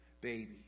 baby